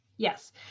Yes